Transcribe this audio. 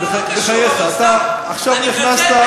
בחייך, אתה עכשיו נכנסת,